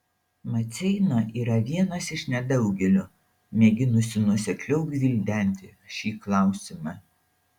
maceina yra vienas iš nedaugelio mėginusių nuosekliau gvildenti šį klausimą